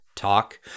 Talk